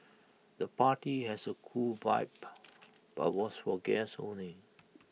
the party has A cool vibe but was for guests only